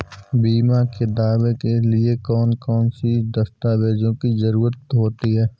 बीमा के दावे के लिए कौन कौन सी दस्तावेजों की जरूरत होती है?